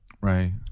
Right